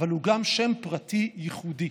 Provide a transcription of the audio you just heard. אבל הוא גם שם פרטי ייחודי.